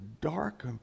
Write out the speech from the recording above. dark